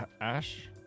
Ash